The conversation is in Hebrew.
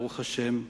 ברוך השם,